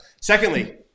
Secondly